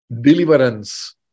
deliverance